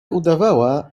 udawała